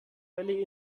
valley